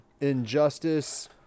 Injustice